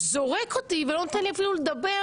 הוא זורק אותי ולא נותן לי אפילו לדבר.